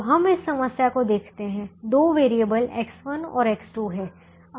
तो हम इस समस्या को देखते हैं दो वेरिएबल X1 और X2 हैं